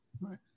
Right